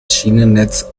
schienennetz